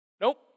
Nope